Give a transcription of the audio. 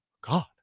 God